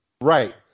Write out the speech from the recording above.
Right